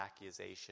accusation